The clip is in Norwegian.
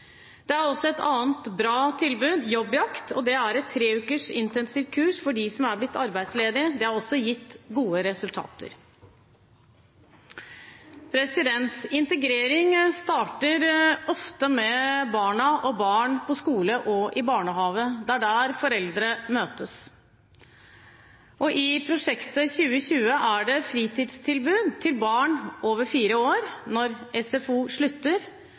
Det er også et annet bra tilbud: Jobbjakt. Det er et treukers intensivt kurs for dem som er blitt arbeidsledige. Det har også gitt gode resultater. Integrering starter ofte med barna og barn på skole og i barnehage. Det er der foreldre møtes. I prosjektet Fjell 2020 er det fritidstilbud til barn over fire år når SFO slutter,